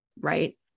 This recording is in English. right